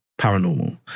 paranormal